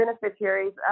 beneficiaries